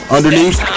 Underneath